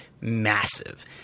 massive